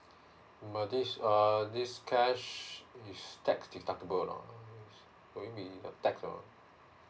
but this err this cash is tax deductible or not going to be taxed or not